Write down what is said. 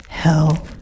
hell